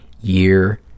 year